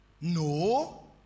No